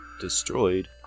destroyed